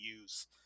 use